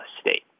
State